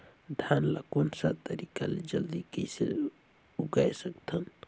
धान ला कोन सा तरीका ले जल्दी कइसे उगाय सकथन?